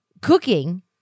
cooking